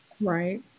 Right